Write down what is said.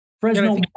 Fresno